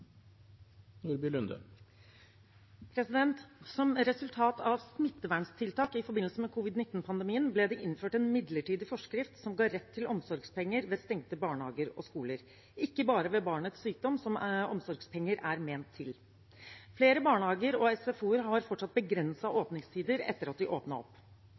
Som resultat av smitteverntiltak i forbindelse med covid-19-pandemien ble det innført en midlertidig forskrift som ga rett til omsorgspenger ved stengte barnehager og skoler, ikke bare ved barnets sykdom, som omsorgspenger er ment til. Flere barnehager og SFO-er har fortsatt begrensede åpningstider etter at de åpnet opp.